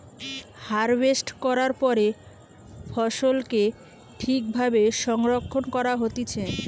harvest করার পরে ফসলকে ঠিক ভাবে সংরক্ষণ করা হতিছে